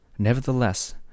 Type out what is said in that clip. Nevertheless